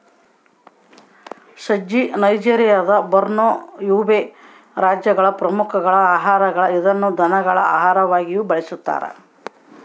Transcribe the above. ಸಜ್ಜೆ ನೈಜೆರಿಯಾದ Borno, Yobe ರಾಜ್ಯಗಳ ಪ್ರಮುಖ ಆಹಾರ ಇದನ್ನು ದನಗಳ ಆಹಾರವಾಗಿಯೂ ಬಳಸ್ತಾರ